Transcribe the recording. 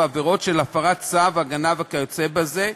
עבירות של הפרת צו הגנה וכיוצא בזה.